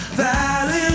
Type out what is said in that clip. valley